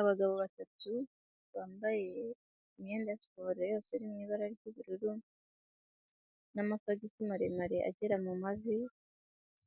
Abagabo batatu bambaye imyenda ya siporo yose iri mu ibara ry'ubururu n'amasogisi maremare agera mu mavi,